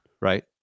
Right